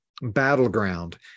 battleground